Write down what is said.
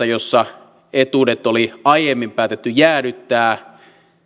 jossa etuudet oli aiemmin päätetty jäädyttää